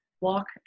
walk